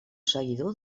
seguidor